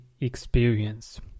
experience